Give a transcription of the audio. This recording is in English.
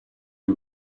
who